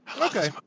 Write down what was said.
Okay